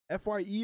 FYE